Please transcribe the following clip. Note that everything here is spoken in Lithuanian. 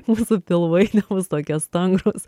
mūsų pilvai nebus tokie stangrūs